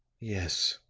yes